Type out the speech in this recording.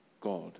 God